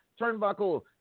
turnbuckle